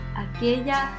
aquella